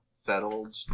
settled